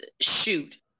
shoot